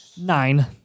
Nine